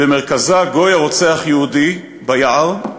שבמרכזה גוי הרוצח יהודי ביער,